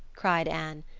cried anne.